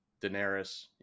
Daenerys